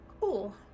cool